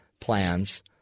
plans